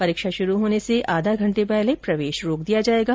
परीक्षा शुरू होने से आधे घंटे पहले प्रवेश रोक दिया जायेगा